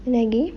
apa lagi